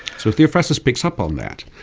so theophrastus picks up on that,